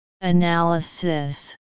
Analysis